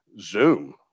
Zoom